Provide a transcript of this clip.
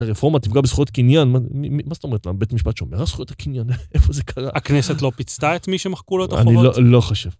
רפורמה, תפגע בזכויות קניין, מה זאת אומרת? בית משפט שומר על זכויות הקניין, איפה זה קרה? הכנסת לא פיצתה את מי שמחקו לו את החובות? אני לא חושב.